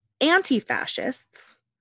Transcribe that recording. anti-fascists